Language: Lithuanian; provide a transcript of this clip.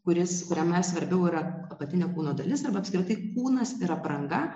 kuris kuriame svarbiau yra apatinė kūno dalis arba apskritai kūnas ir apranga